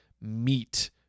meet